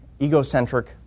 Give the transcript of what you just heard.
egocentric